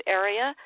area